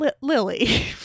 Lily